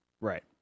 Right